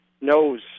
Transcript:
knows